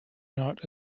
not